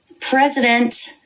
president